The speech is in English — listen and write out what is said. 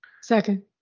Second